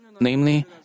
Namely